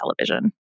television